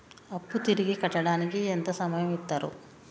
అప్పు తిరిగి కట్టడానికి ఎంత సమయం ఇత్తరు?